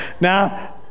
Now